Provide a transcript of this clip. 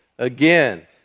Again